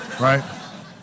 Right